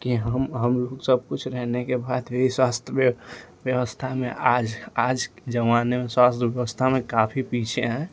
की हम हम लोग सबकुछ रहने के बाद भी स्वास्थ्य व्य व्यवस्था में आज आज जमाने स्वास्थ्य व्यवस्था में काफी पीछे हैं